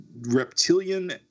reptilian